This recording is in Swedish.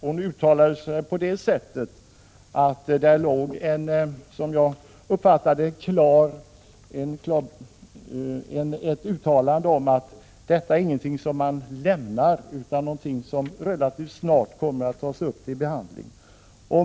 Hon uttalade även, om jag förstod henne rätt, att detta inte var någonting som man lämnar utan någonting som relativt snart kommer att tas upp till behandling.